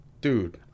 Dude